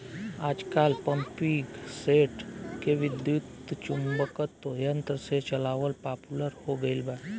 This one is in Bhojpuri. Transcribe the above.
आजकल पम्पींगसेट के विद्युत्चुम्बकत्व यंत्र से चलावल पॉपुलर हो गईल बा